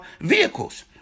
vehicles